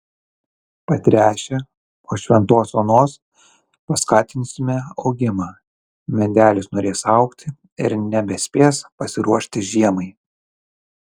patręšę po šventos onos paskatinsime augimą medelis norės augti ir nebespės pasiruošti žiemai